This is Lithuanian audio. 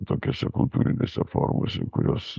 tokiose kultūrinėse formose kurios